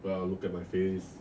well look at my face